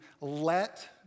let